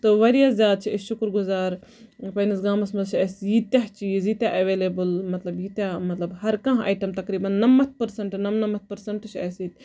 تہٕ واریاہ زیادٕ چھِ أسۍ شُکُر گُزار پَنٕنِس گامَس منٛز چھِ اَسہِ ییٖتای چیٖز ییٖتیاہ اٮ۪وٮ۪لیبٔل مطلب ییٖتیاہ مطلب ہَر کانہہ آیٹم تقریٖبَن نَمَتھ پٔرسَنٹ نَمنَمَتھ پٔرسَنٹ چھُ اَسہِ ییٚتہِ